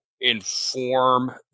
inform